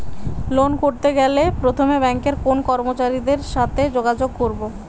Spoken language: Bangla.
লোন করতে গেলে প্রথমে ব্যাঙ্কের কোন কর্মচারীর সাথে যোগাযোগ করব?